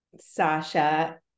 Sasha